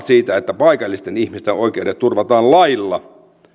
siitä että paikallisten ihmisten oikeudet turvataan lailla